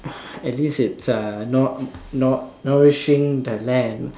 at least it's uh no~ no~ nourishing the land